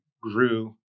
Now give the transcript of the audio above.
grew